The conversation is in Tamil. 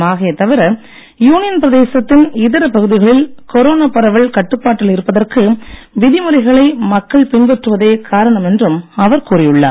மாஹே தவிர யூனியன் பிரதேசத்தின் இதர பகுதிகளில் கொரோனா பரவல் கட்டுப்பாட்டில் இருப்பதற்கு விதிமுறைகளை மக்கள் பின்பற்றுவதே காரணம் என்றும் அவர் கூறியுள்ளார்